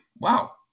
wow